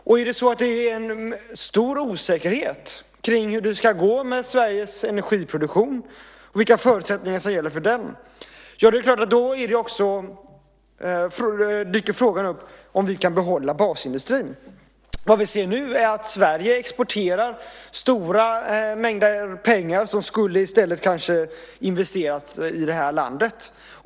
Råder det en stor osäkerhet kring hur det ska gå med Sveriges energiproduktion och vilka förutsättningar som ska gälla för den, ja, då är det klart att frågan om vi kan behålla basindustrin dyker upp. Vad vi ser nu är att Sverige exporterar stora mängder pengar som i stället borde investeras i det här landet.